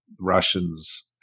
russians